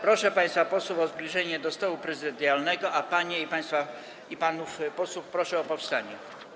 Proszę państwa posłów o zbliżenie się do stołu prezydialnego, a panie i panów posłów proszę o powstanie.